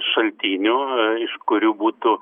šaltinių iš kurių būtų